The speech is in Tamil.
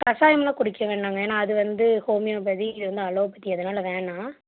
கஷாயம்லாம் குடிக்க வேணாங்க ஏன்னா அது வந்து ஹோமியோபதி இது வந்து அலோபதி அதனால் வேணாம்